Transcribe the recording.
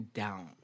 down